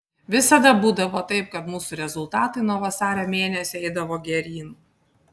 visada būdavo taip kad mūsų rezultatai nuo vasario mėnesio eidavo geryn